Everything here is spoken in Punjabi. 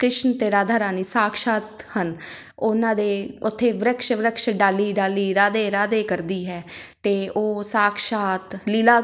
ਕ੍ਰਿਸ਼ਨ ਅਤੇ ਰਾਧਾ ਰਾਣੀ ਸਾਕਸ਼ਾਤ ਹਨ ਉਹਨਾਂ ਦੇ ਉੱਥੇ ਵਰਕਸ਼ ਵਰਕਸ਼ ਡਾਲੀ ਡਾਲੀ ਰਾਧੇ ਰਾਧੇ ਕਰਦੀ ਹੈ ਅਤੇ ਉਹ ਸਾਕਸ਼ਾਤ ਲੀਲਾ